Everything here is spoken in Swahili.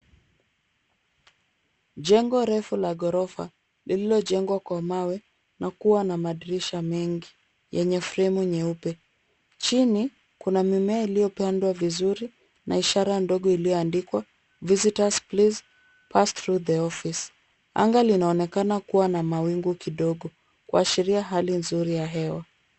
Jengo refu la ghorofa, lililojengwa kwa mawe na kuwa na madirisha mengi yenye fremu nyeupe. Chini kuna mimea iliyopandwa vizuri na ishara ndogo iliyoandikwa visitors please pass through the office . Anga linaonekana kuwa na mawingu kidogo kuashiria hali nzuri ya hewa.